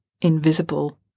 invisible